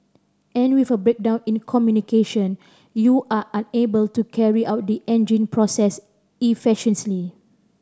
and with a breakdown in communication you are unable to carry out the engine process efficiently